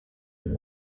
uyu